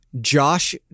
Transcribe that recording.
josh